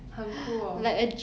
很 cool orh